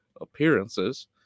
appearances